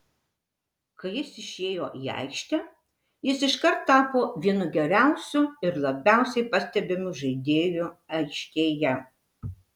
kai jis išėjo į aikštę jis iškart tapo vienu geriausiu ir labiausiai pastebimu žaidėju aikštėje